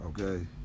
Okay